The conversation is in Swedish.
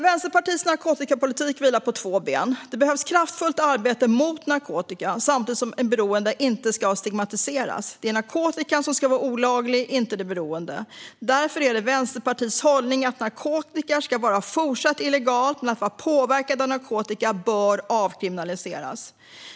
Vänsterpartiets narkotikapolitik vilar på två ben: Det behövs ett kraftfullt arbete mot narkotika samtidigt som beroende inte ska stigmatiseras. Det är narkotikan som ska vara olaglig, inte den beroende. Därför är det Vänsterpartiets hållning att narkotika ska vara fortsatt illegalt men att det bör avkriminaliseras att vara påverkad av narkotika.